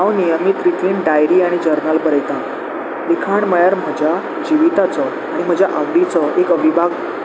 हांव नियमीत रितीन डायरी आनी जर्नल बरयतां लिखाण म्हळ्यार म्हज्या जिविताचो आनी म्हज्या आवडीचो एक अभिभाग